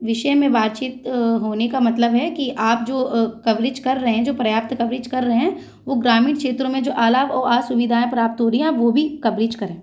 विषय में बातचीत अ होने का मतलब है कि आप जो अ कवरेज कर रहे हैं जो पर्याप्त कवरेज कर रहे हैं वो ग्रामीण क्षेत्रो में जो आलाभ और आसुविधाएँ प्राप्त हो रही हैं वो भी कवरेज करें